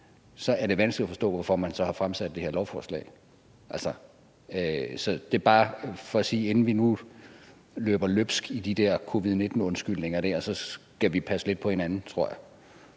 så er det vanskeligt at forstå, hvorfor man så har fremsat det her lovforslag. Altså, så det er bare for at sige, at inden vi nu løber løbsk i de der covid-19-undskyldninger, skal vi passe lidt på hinanden, tror jeg.